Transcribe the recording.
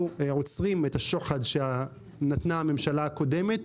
עוצרים את השוחד שנתנה הממשלה הקודמת.